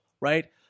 right